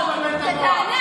אבל אתה תפסיק